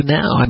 now